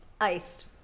Iced